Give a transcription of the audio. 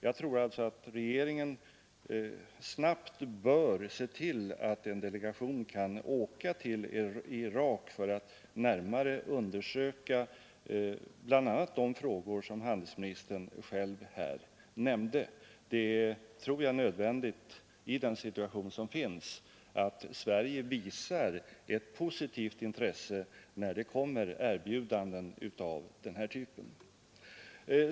Jag tror alltså att regeringen snabbt bör se till att en delegation kan åka till Irak för att närmare undersöka bl.a. de frågor som handelsministern själv här nämnde. Det torde vara nödvändigt i den situation som råder att Sverige visar ett positivt intresse när det kommer erbjudanden av den här typen.